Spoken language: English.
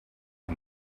and